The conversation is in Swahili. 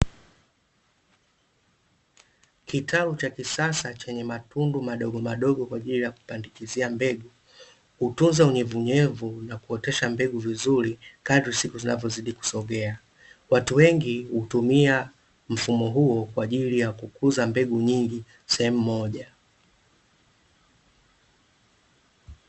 Kitalu cha kisasa chenye matundu madogo madogo kwa ajili ya kupandikizia mbegu, hutunza unyevunyevu na kuotesha mbegu vizuri kadri siku zinavyozidi kusogea. Watu wengi hutumia mfumo huo kwa ajili ya kukuza mbegu nyingi sehemu moja.